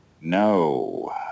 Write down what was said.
No